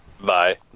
Bye